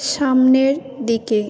সামনের দিকে